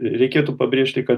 reikėtų pabrėžti kad